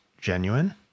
genuine